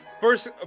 First